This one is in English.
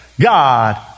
God